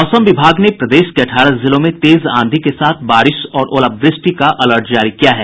मौसम विभाग ने प्रदेश के अठारह जिलों में तेज आंधी के साथ बारिश और ओलावृष्टि का अलर्ट जारी किया है